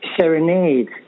Serenade